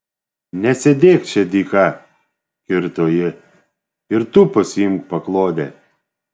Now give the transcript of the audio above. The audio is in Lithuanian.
nesėdėk čia dyka kirto ji ir tu pasiimk paklodę